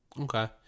Okay